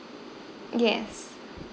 yes